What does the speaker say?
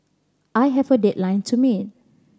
I have a deadline to meet